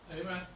Amen